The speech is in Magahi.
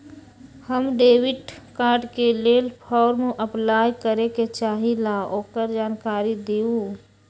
हम डेबिट कार्ड के लेल फॉर्म अपलाई करे के चाहीं ल ओकर जानकारी दीउ?